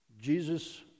Jesus